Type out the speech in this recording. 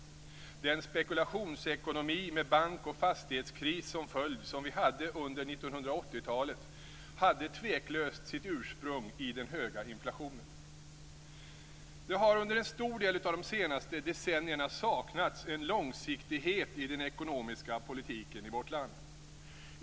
Den spekulationsekonomi med bank och fastighetskris som följd som vi hade under 1980-talet hade tveklöst sitt ursprung i den höga inflationen. Det har under en stor del av de senaste decennierna saknats en långsiktighet i den ekonomiska politiken i vårt land.